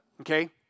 Okay